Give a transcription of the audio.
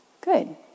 Good